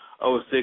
06